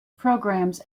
programs